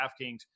DraftKings